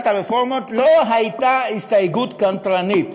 הרפורמות לא הייתה הסתייגות קנטרנית,